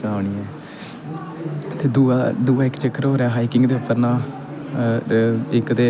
दूआ दूआ इक चक्कर होर एह् हाइकिंग उप्पर ना इक ते मजा बी ऐ ते दूआ ते ओह् बी ऐ